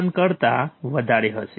7 કરતાં વધારે હશે